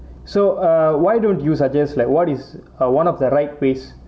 so ah why don't you suggest like what is ah one of the right ways